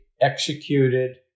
executed